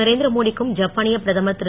நரேந்திர மோடி க்கும் ஜப்பானியப் பிரதமர் திரு